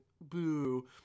Boo